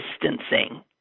distancing